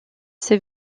ces